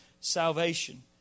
salvation